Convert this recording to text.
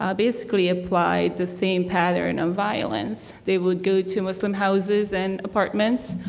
um basically applied the same pattern of violence. they would go to muslim houses and apartments.